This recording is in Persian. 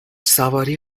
سواری